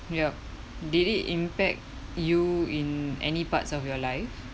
yup did it impact you in any parts of your life